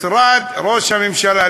משרד ראש הממשלה,